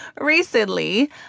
recently